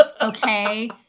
Okay